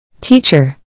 Teacher